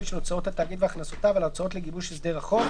של הוצאות התאגיד והכנסותיו ועל ההוצאות לגיבוש הסדר החוב,